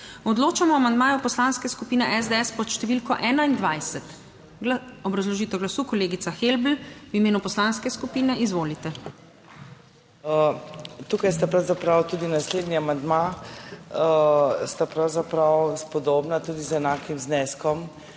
Odločamo o amandmaju Poslanske skupine SDS pod številko 21. Obrazložitev glasu, kolegica Helbl, v imenu poslanske skupine. Izvolite. ALENKA HELBL (PS SDS): Tukaj sta pravzaprav tudi naslednji amandma, sta pravzaprav spodobna, tudi z enakim zneskom.